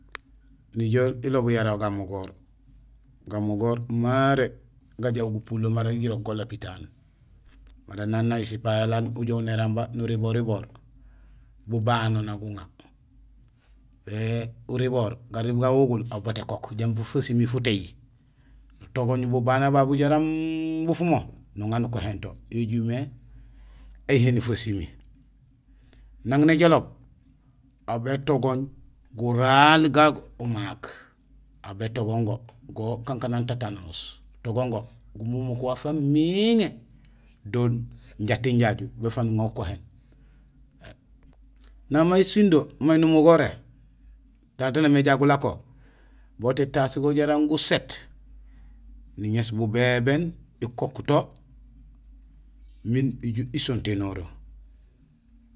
Nijool iloob yara gamogoor. Gamugoor maré ajaaw gupulo mara jirok go lopitaan. Mara nang nay sipayolaal ujoow néramba nuriboor riboor; bubano na guŋa. Bé uriboor, gariib gawugul, aw boot ékok jambi fesimi futéy, nutogooñ bubano babu jaraam bufumo, nuŋa nukohéén; yo éjumé éyihéni fesimi. Nang néjoloob, aw bétogooñ guraal ga umaak; aw bétogon go; go kan kanang tatanos. Utogon go, gumumuk waaf wa mééŋé do jating jaju; béfak nuŋa ukohéén. Nang may sindo numugoré, tahé tan némé jagulako boot étaas go jaraam guséét, niŋéés bubébéén ikook to miin uju isonténoro.